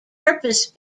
purpose